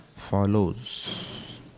follows